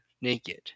naked